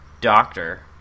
doctor